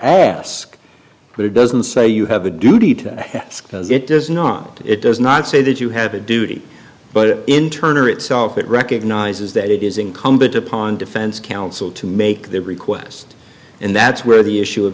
ask but it doesn't say you have a duty to ask because it does not it does not say that you have a duty but in turn or itself it recognizes that it is incumbent upon defense counsel to make that request and that's where the issue of